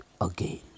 again